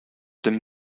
dem